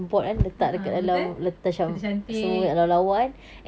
a'ah betul cantik-cantik